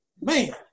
man